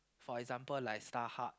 for example like StarHub